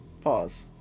Pause